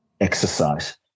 exercise